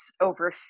over